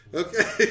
okay